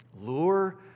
lure